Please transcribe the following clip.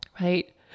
right